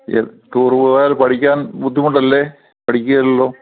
tour പോയാൽ പഠിക്കാൻ ബുദ്ധിമുട്ട് അല്ലേ പഠിക്കുകയില്ലല്ലോ